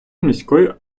міської